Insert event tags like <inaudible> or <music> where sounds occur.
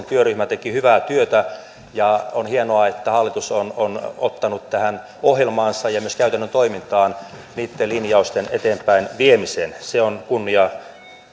<unintelligible> työryhmä teki hyvää työtä ja on hienoa että hallitus on on ottanut tähän ohjelmaansa ja myös käytännön toimintaan niitten linjausten eteenpäinviemisen se on kunnia